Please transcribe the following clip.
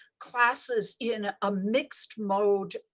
classes in a mixed mode